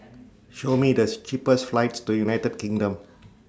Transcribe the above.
Show Me This cheapest flights to United Kingdom